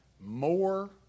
more